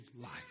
life